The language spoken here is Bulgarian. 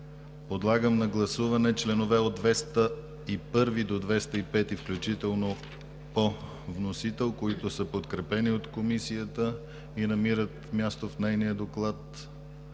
Подлагам на гласуване членове от 201 до 205 включително по вносител, които са подкрепени от Комисията и намират място в нейния доклад